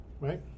Right